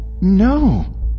no